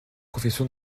profession